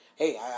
Hey